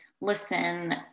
listen